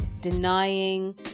denying